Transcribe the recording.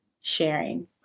sharing